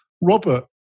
Robert